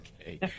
Okay